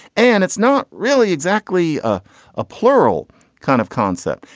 and it's not really exactly a ah plural kind of concept.